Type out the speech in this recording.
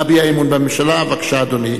בבקשה, אדוני.